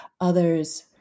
others